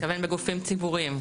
אתה מתכוון בגופים ציבוריים?